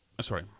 sorry